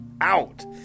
out